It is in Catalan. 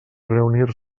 reunir